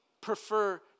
prefer